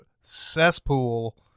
cesspool